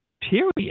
Period